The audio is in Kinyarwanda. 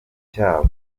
cyabo